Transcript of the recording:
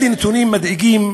אלה נתונים מדאיגים,